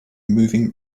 moving